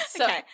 Okay